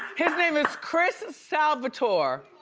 his name is chris salvator.